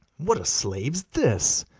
what a slave's this!